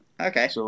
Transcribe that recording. Okay